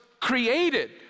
created